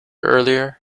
earlier